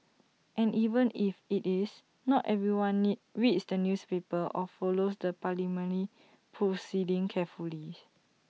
and even if IT is not everyone need reads the newspaper or follows the parliament proceedings carefully